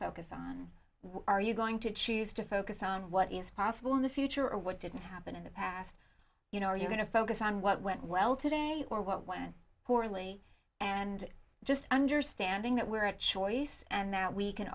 focus on are you going to choose to focus on what is possible in the future or what didn't happen in the past you know are you going to focus on what went well today or what when poorly and just understanding that we're a choice and that we can